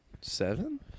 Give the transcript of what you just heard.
Seven